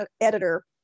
editor